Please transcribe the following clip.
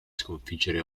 sconfiggere